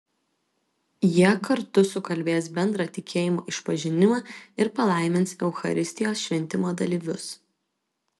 jie kartu sukalbės bendrą tikėjimo išpažinimą ir palaimins eucharistijos šventimo dalyvius